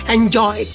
Enjoy